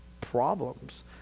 problems